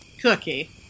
Cookie